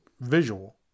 visual